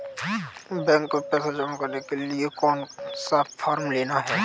Bank में पैसा जमा करने के लिए कौन सा फॉर्म लेना है?